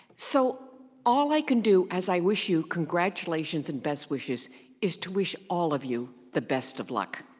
so all i can do as i wish you congratulations and best wishes is to wish all of you the best of luck.